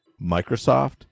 Microsoft